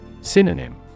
Synonym